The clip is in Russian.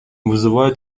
вызывает